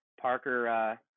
Parker